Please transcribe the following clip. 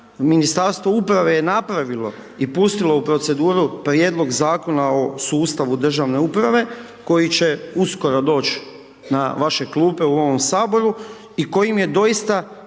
Ministarstvo uprave je napravilo i pustilo u proceduru Prijedlog zakona o sustavu državne uprave koji će uskoro doći na vaše klupe u ovom Saboru i kojim je doista